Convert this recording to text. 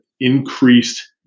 increased